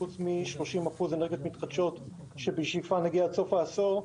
חוץ מ-30% אנרגיות מתחדשות אליהן נגיעה בשאיפה עד סוף העשור,